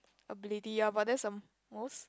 ability ah but that's a most